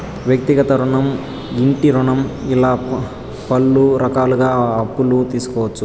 వ్యక్తిగత రుణం ఇంటి రుణం ఇలా పలు రకాలుగా అప్పులు తీసుకోవచ్చు